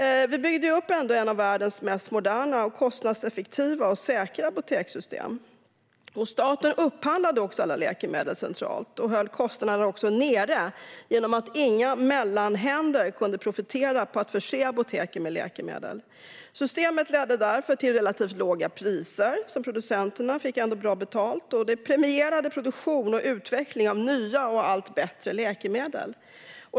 Sverige byggde upp ett av världens mest moderna, kostnadseffektiva och säkra apotekssystem. Staten upphandlade alla läkemedel centralt och höll kostnaderna nere genom att inga mellanhänder kunde profitera på att förse apoteken med läkemedel. Systemet ledde därför till relativt låga priser, men producenterna fick ändå bra betalt. Det premierade produktion och utveckling av nya och allt bättre läkemedel.